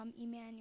Emmanuel